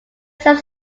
serves